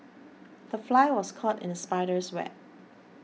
the fly was caught in the spider's web